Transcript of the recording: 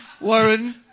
Warren